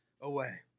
away